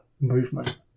movement